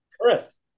Chris